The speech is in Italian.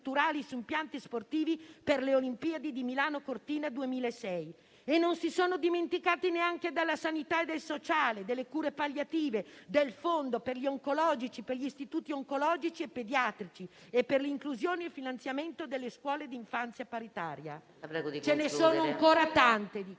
su impianti sportivi per le Olimpiadi di Milano-Cortina 2026». Non si sono dimenticati neanche della sanità e del sociale, delle cure palliative, del Fondo per gli istituti oncologici e pediatrici e dell'inclusione e del finanziamento delle scuole d'infanzia paritarie. PRESIDENTE. La prego di